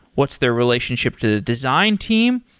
what's their relationship to the design team?